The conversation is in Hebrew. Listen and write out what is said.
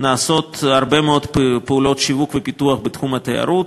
נעשות הרבה מאוד פעולות שיווק ופיתוח בתחום התיירות,